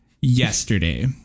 yesterday